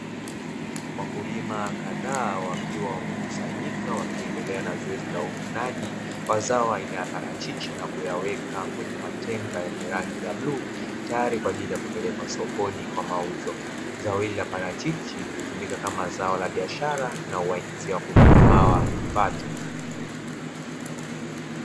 Wakulima kadhaa wakiwa wamekusanyika, wakiendelea na zoezi la uvunaji wa zao aina ya parachichi na kuyaweka kwenye matenga yenye rangi ya bluu, tayari kwa ajili ya kupelekwa sokoni kwa mauzo. Zao hili la parachichi hutumika kama zao la biashara na huwaingizia wakulima hawa kipato.